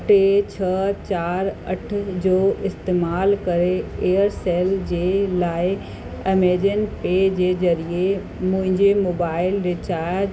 टे छह चारि अठ जो इस्तेमाल करे एयरसेल जे लाइ एमेजोन पे जे ज़रिए मुंहिंजे मोबाइल रिचार्ज